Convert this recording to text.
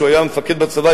שהיה מפקד בצבא,